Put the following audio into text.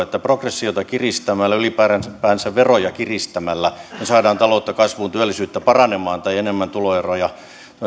että progressiota kiristämällä ylipäänsä veroja kiristämällä me saamme taloutta kasvuun työllisyyttä paranemaan tai enemmän tuloeroja